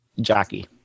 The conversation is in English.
jockey